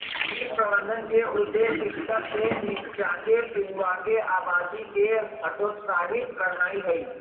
कीट प्रबंधन के उद्देश्य स्तर से नीच्चाके पिलुआके आबादी के हतोत्साहित करनाइ हइ